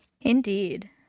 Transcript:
Indeed